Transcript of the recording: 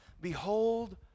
Behold